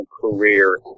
career